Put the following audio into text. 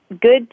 good